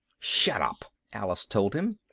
shut up! alice told him.